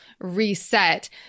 reset